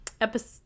episode